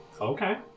Okay